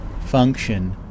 function